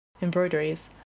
embroideries